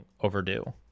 overdue